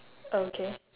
okay